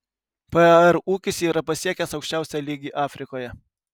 par ūkis yra pasiekęs aukščiausią lygį afrikoje